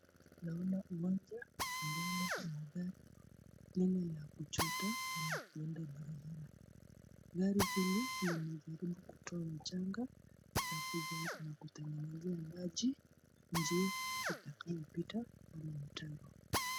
Naona uwanja ambalo kuna gari lenye la kuchota ama kuunda barabara. Gari hili limejaribu kutoa mchanga na kujaribu kutengeneza maji, njia itakayopita ama mtaro.